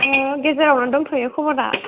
ए गेजेरावनो दंथ'यो खबरा